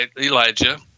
Elijah